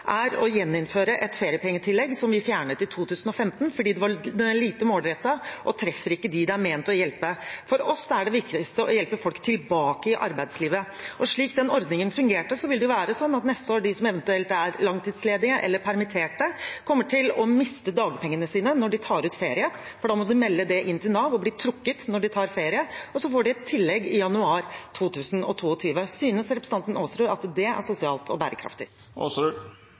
er å gjeninnføre et feriepengetillegg som vi fjernet i 2015, fordi det var lite målrettet og ikke treffer dem det var ment å hjelpe. For oss er det viktigste å hjelpe folk tilbake i arbeidslivet. Og slik den ordningen fungerte, ville det jo være slik neste år at de som eventuelt er langtidsledige eller permitterte, kommer til å miste dagpengene sine når de tar ut ferie, for da må de melde det inn til Nav og blir trukket når de tar ferie, og så får de et tillegg i januar 2022. Synes representanten Aasrud at det er sosialt og bærekraftig? Ja, det synes representanten Aasrud.